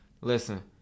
Listen